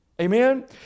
Amen